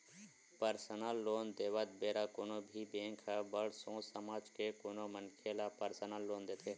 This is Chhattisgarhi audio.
परसनल लोन देवत बेरा कोनो भी बेंक ह बड़ सोच समझ के कोनो मनखे ल परसनल लोन देथे